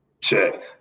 Check